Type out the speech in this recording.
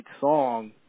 song